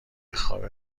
خواب